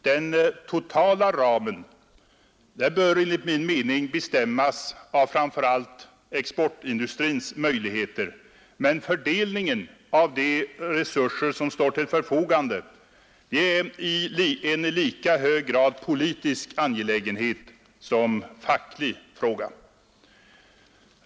Den totala ramen bör enligt min mening bestämmas av framför allt exportindustrins möjligheter. Men fördelningen av de resurser som står till förfogande är en i lika hög grad politisk angelägenhet som facklig fråga.